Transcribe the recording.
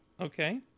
okay